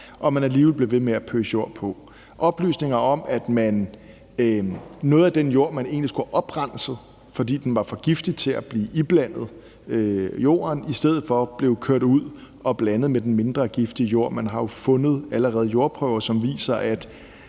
at man alligevel blev ved med at pøse jord på, og oplysninger om, at noget af den jord, man egentlig skulle have oprenset, fordi den var for giftig til at blive iblandet mindre giftig jord, i stedet blev kørt ud og blandet med mindre giftig jord. Man har jo allerede fundet jord, hvor jordprøver viser, at